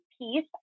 piece